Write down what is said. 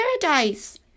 paradise